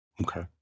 Okay